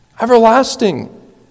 Everlasting